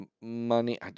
money